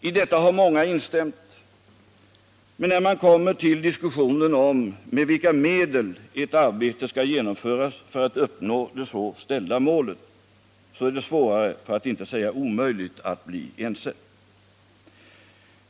I detta krav har många instämt, men när man kommer till diskussionerna om med vilka medel arbetet skall genomföras för att uppnå det så ställda målet är det svårare, för att inte säga omöjligt, att bli ense.